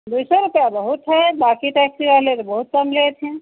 दो सौ रुपये बहुत है बाकी टैक्सी वाले को बहुत कम लेते हैं